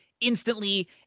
instantly